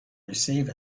receive